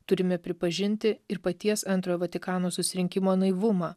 turime pripažinti ir paties antrojo vatikano susirinkimo naivumą